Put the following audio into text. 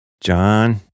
John